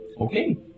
Okay